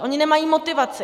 Oni nemají motivaci.